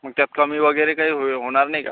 मग त्यात कमी वगैरे काही होय होणार नाही का